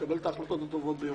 כדי לקבל את ההחלטות הטובות ביותר.